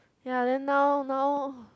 ya then now now